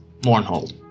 Mournhold